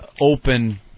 open